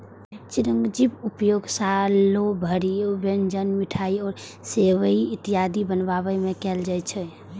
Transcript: चिरौंजीक उपयोग सालो भरि व्यंजन, मिठाइ आ सेवइ इत्यादि बनाबै मे कैल जाइ छै